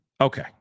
Okay